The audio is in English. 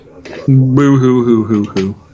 Boo-hoo-hoo-hoo-hoo